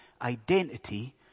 identity